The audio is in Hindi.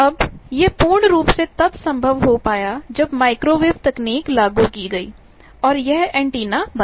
अब यह पूर्ण रूप से तब संभव हो पाया जब माइक्रोवेव तकनीक लागू की गईऔर यह ऐन्टेना बना